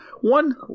one